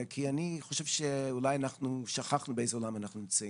כי אני חושב שאולי אנחנו שכחנו באיזה עולם אנחנו חיים.